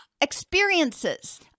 Experiences